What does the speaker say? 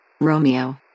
Romeo